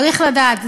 צריך לדעת.